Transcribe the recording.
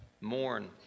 Mourn